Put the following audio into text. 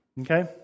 okay